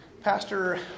pastor